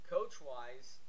Coach-wise